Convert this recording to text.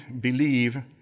believe